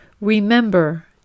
Remember